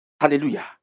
Hallelujah